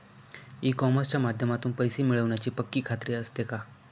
E कॉमर्सच्या माध्यमातून पैसे मिळण्याची पक्की खात्री असते का?